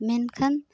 ᱢᱮᱱᱠᱷᱟᱱ